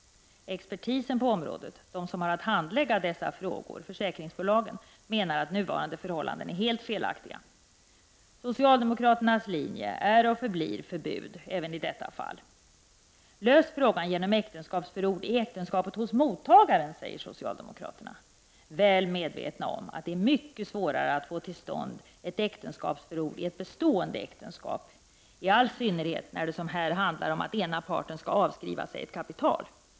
Expertisen på området, de som har att handlägga dessa frågor, dvs. försäkringsbolagen, menar att nuvarande förhållanden är helt felaktiga. Socialdemokraternas linje är och också förblir förbud även i detta fall. Lös frågan genom äktenskapsförord i äktenskapet hos mottagaren, säger socialdemokraterna — väl medvetna om att det är mycket svårare att få till stånd ett äktenskapsförord i ett bestående äktenskap, i all synnerhet när det, som här, handlar om att ena parten skall avskriva sig ett kapital.